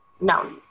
no